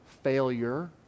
failure